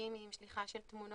אינטימיים של תמונות